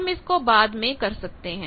हम इसको बाद में कर सकते हैं